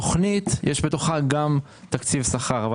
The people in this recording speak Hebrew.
בתוכנית יש גם תקציב שכר.